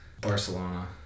Barcelona